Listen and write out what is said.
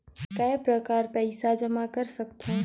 काय प्रकार पईसा जमा कर सकथव?